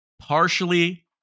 Partially